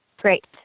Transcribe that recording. great